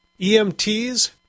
EMTs